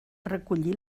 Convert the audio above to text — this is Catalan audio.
recollir